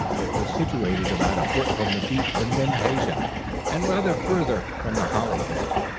it was situated about a foot from the deep indentation and rather farther from the holly hedge.